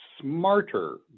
smarter